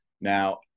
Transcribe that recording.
now